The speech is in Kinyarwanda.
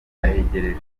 aregereje